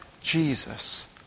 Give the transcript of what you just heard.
Jesus